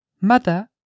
Mother